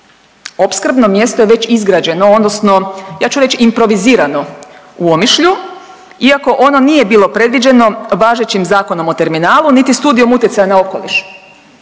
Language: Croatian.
opskrbno mjesto je već izgrađeno odnosno ja ću reći improvizirano u Omišlju iako ono nije bilo predviđeno važećim Zakonom o terminalu, niti Studijom utjecaja na okoliš